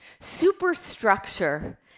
Superstructure